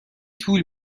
طول